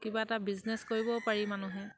কিবা এটা বিজনেছ কৰিবও পাৰি মানুহে